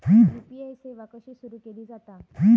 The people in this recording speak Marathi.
यू.पी.आय सेवा कशी सुरू केली जाता?